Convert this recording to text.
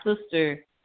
sister